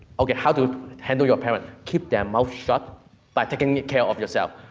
ok, how to handle your parent, keep their mouth shut by taking care of yourself.